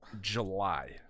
July